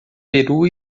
peru